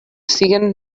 siguen